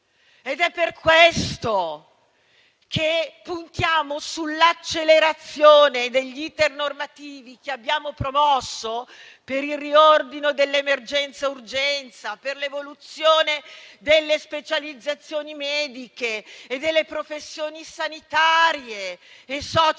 È per questo che puntiamo sull'accelerazione degli *iter* normativi che abbiamo promosso per il riordino dell'emergenza urgenza, per l'evoluzione delle specializzazioni mediche e delle professioni sanitarie e